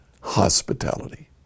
hospitality